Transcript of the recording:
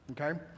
okay